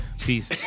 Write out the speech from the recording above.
Peace